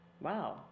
Wow